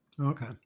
Okay